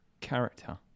character